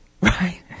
Right